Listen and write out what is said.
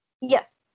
yes